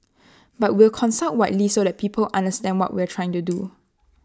but we'll consult widely so that people understand what we're trying to do